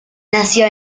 nació